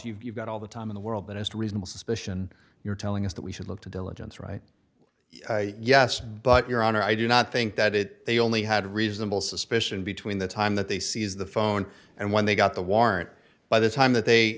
cause you've got all the time in the world but as to reasonable suspicion you're telling us that we should look to diligence right yes but your honor i do not think that it they only had reasonable suspicion between the time that they seized the phone and when they got the warrant by the time that they